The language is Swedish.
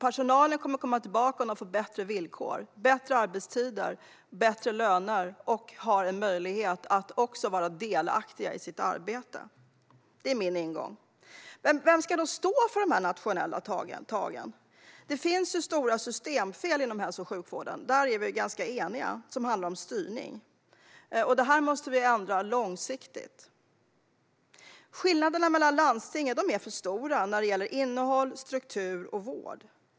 Personalen kommer tillbaka om den får bättre villkor, bättre arbetstider, bättre löner och större möjlighet att vara delaktig i sitt arbete. Det är min ingång. Vem ska då stå för de nationella tagen? Att det finns stora systemfel inom hälso och sjukvården vad gäller styrning är vi ganska eniga om, och detta måste vi ändra långsiktigt. Skillnaderna mellan landstingen är för stora vad gäller innehåll, struktur och vård.